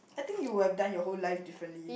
I think you would have done your whole life differently